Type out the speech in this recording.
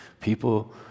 people